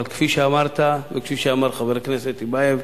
אבל כפי שאמרת, וכפי שאמר חבר הכנסת טיבייב,